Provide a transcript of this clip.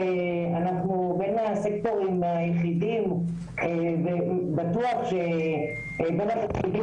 שאנחנו בין הסקטורים היחידים ובטוח שבין התפקידים